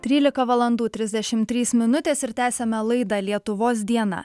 trylika valandų trisdešim trys minutės ir tęsiame laidą lietuvos diena